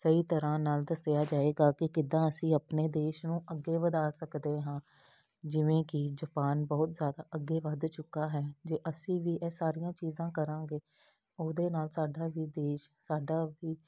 ਸਹੀ ਤਰ੍ਹਾਂ ਨਾਲ ਦੱਸਿਆ ਜਾਏਗਾ ਕਿ ਕਿੱਦਾਂ ਅਸੀਂ ਆਪਣੇ ਦੇਸ਼ ਨੂੰ ਅੱਗੇ ਵਧਾ ਸਕਦੇ ਹਾਂ ਜਿਵੇਂ ਕਿ ਜਪਾਨ ਬਹੁਤ ਜ਼ਿਆਦਾ ਅੱਗੇ ਵੱਧ ਚੁੱਕਾ ਹੈ ਜੇ ਅਸੀਂ ਵੀ ਇਹ ਸਾਰੀਆਂ ਚੀਜ਼ਾਂ ਕਰਾਂਗੇ ਉਹਦੇ ਨਾਲ ਸਾਡਾ ਵੀ ਦੇਸ਼ ਸਾਡਾ ਵੀ